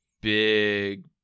big